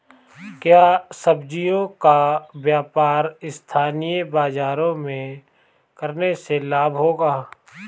क्या सब्ज़ियों का व्यापार स्थानीय बाज़ारों में करने से लाभ होगा?